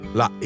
la